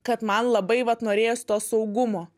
kad man labai vat norėjos to saugumo